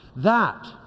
that